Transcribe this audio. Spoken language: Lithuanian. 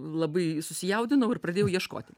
labai susijaudinau ir pradėjau ieškoti